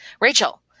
Rachel